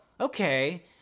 okay